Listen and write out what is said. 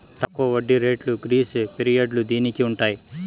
తక్కువ వడ్డీ రేట్లు గ్రేస్ పీరియడ్లు దీనికి ఉంటాయి